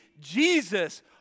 Jesus